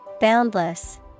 Boundless